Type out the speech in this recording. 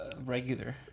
Regular